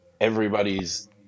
everybody's